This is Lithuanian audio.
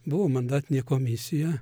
buvo mandatinė komisija